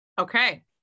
Okay